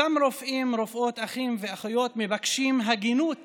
אותם רופאים ורופאות, אחים ואחיות, מבקשים הגינות